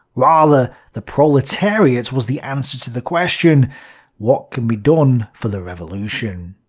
rather the proletariat was the answer to the question what can be done for the revolution?